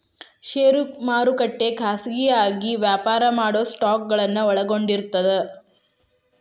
ಷೇರು ಮಾರುಕಟ್ಟೆ ಖಾಸಗಿಯಾಗಿ ವ್ಯಾಪಾರ ಮಾಡೊ ಸ್ಟಾಕ್ಗಳನ್ನ ಒಳಗೊಂಡಿರ್ತದ